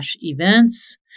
events